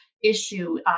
issue